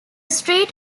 street